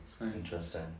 interesting